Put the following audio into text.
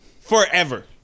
forever